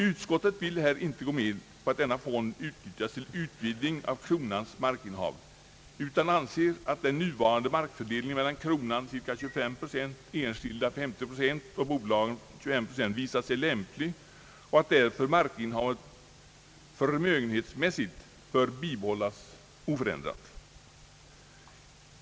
Utskottet vill inte gå med på att denna fond utnyttjas till utvidgning av kronans markinnehav utan anser att den nuvarande markfördelningen «mellan kronan, enskilda och bolag visat sig lämplig och att därför markinnehavet förmögenhetsmässigt bör bibehållas oförändrat.